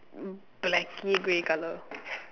blacky grey colour